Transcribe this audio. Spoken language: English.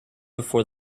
before